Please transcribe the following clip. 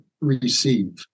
receive